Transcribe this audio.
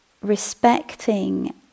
respecting